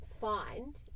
find